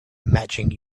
matching